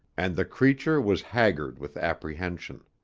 and the creature was haggard with apprehension.